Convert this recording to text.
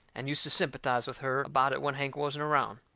and used to sympathize with her about it when hank wasn't around.